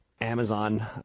amazon